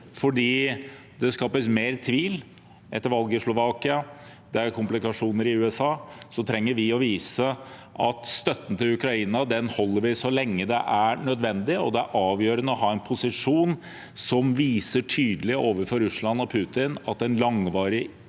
fordi det skapes mer tvil etter valget i Slovakia, og det er komplikasjoner i USA. Da trenger vi å vise at vi fastholder støtten til Ukraina så lenge det er nødvendig, og det er avgjørende å ha en posisjon som tydelig viser overfor Russland og Putin at en langvarig